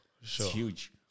huge